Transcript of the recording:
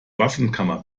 waffenkammer